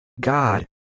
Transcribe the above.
God